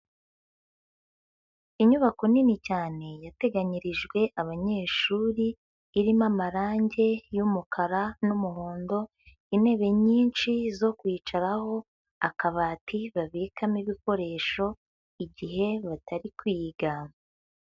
Inyubako nini cyane yateganyirijwe abanyeshuri, irimo amarangi y'umukara n'umuhondo, intebe nyinshi zo kwicaraho, akabati babikamo ibikoresho igihe batari kwiga.